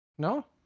No